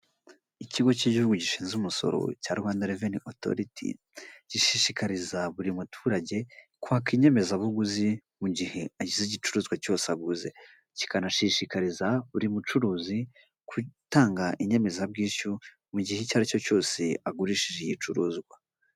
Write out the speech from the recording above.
Ikigo cy'igihugu gishinzwe umusoro cya Rwanda Revenue Authority, gishishikariza buri muturage kwaka inyemezabuguzi mu gihe agize igicuruzwa cyose aguze, kikanashishikariza buri mucuruzi gutanga inyemezabwishyu mu gihe icyo ari cyo cyose agurishije igicuruzwa.